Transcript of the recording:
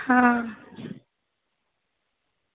हां